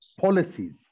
policies